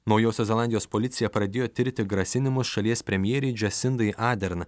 naujosios zelandijos policija pradėjo tirti grasinimus šalies premjerei džesindai adern